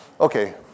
Okay